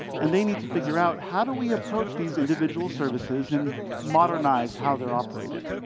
and they need to figure out, how do we approach these individual services and modernize how they're operated?